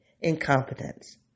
incompetence